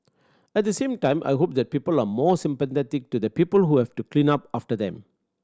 at the same time I hope that people are more sympathetic to the people who have to clean up after them